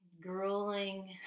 grueling